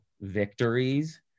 victories